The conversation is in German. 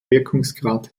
wirkungsgrad